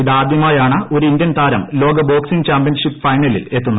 ഇത് ആദ്യമായാണ് ഒരു ഇന്ത്യൻതാരം ലോക ബോക്സിംഗ് ചാമ്പ്യൻഷിപ്പ് ഫൈനലിൽ എത്തുന്നത്